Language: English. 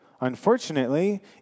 unfortunately